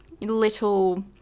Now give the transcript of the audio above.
little